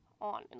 on